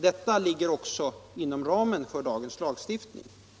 Detta ligger också inom ramen för dagens lagstiftning.